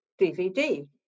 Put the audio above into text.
DVD